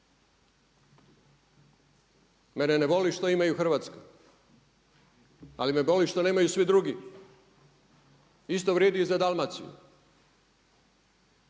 Mene ne boli što oni imaju Hrvatsku, ali me boli što nemaju svi drugi. Isto vrijedi i za Dalmaciju.